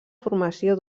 formació